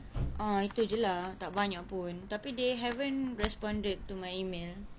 ah itu jer lah tak banyak pun tapi they haven't responded to my email